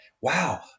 wow